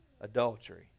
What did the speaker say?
adultery